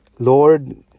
Lord